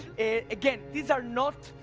again, these are not,